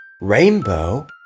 Rainbow